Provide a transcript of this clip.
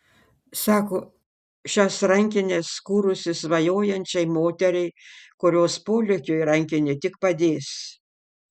sako šias rankines kūrusi svajojančiai moteriai kurios polėkiui rankinė tik padės